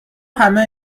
همه